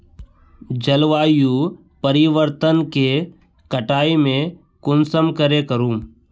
जलवायु परिवर्तन के कटाई में कुंसम करे करूम?